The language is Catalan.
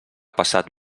passat